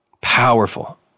Powerful